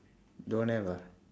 don't have ah